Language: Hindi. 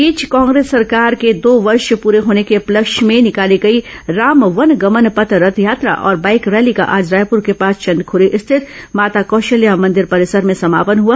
इस बीच कांग्रेस सरकार के दो वर्ष पूरे होने के उपलक्ष्य में निकाली गई राम वनगमने पथ रथ यात्रा और बाइक रैली का आज रायपुर के पास चंदखरी स्थित माता कौशल्या मंदिर परिसर में समापन हुआ